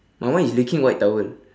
my one is licking white towel